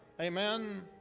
Amen